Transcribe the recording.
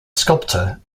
sculptor